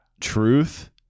truth